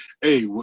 Hey